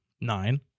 nine